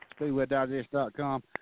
speedwaydigest.com